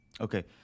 Okay